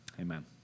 Amen